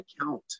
account